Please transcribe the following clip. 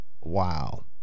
Wow